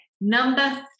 Number